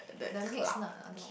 the mixed nut